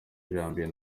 janvier